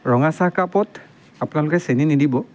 ৰঙা চাহকাপত আপোনালোকে চেনি নিদিব